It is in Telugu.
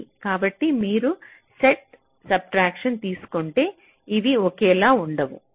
కాబట్టి మీరు సెట్ సబ్ట్రాక్షన్ తీసుకుంటే ఇవి ఒకేలా ఉండవు